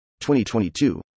2022